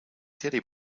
teddy